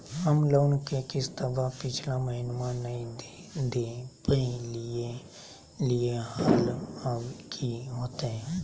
हम लोन के किस्तवा पिछला महिनवा नई दे दे पई लिए लिए हल, अब की होतई?